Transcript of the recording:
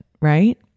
right